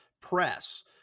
press